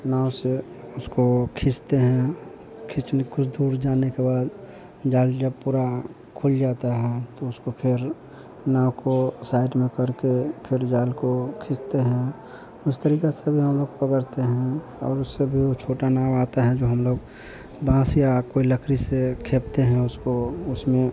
नाव से उसको खींचते हैं खीचने कुछ दूर जाने के बाद जाल जब पूरा खुल जाता है तो उसको फिर नाव को साइड में करके फिर जाल को खींचते हैं उस तरीक़े से भी हम लोग पकड़ते हैं और उससे भी छोटा नाव आता है जो हम लोग बाँस या कोई लकड़ी से खेपते हैं उसको उसमें